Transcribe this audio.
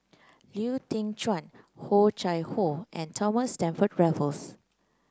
Lau Teng Chuan Oh Chai Hoo and Thomas Stamford Raffles